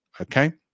okay